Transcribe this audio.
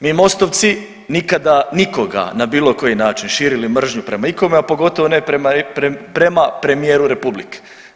Mi Mostovci nikada nikoga na bilo koji način širili mržnju prema ikome, a pogotovo ne prema premijeru Republike.